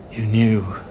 you knew,